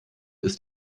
ist